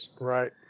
right